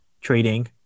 trading